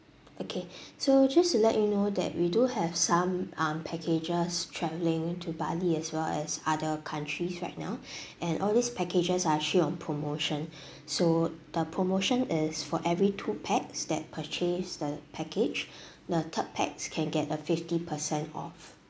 okay so just to let you know that we do have some um packages travelling to bali as well as other countries right now and all these packages are actually on promotion so the promotion is for every two pax that purchase the package the third pax can get a fifty percent off